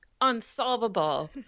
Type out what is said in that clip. unsolvable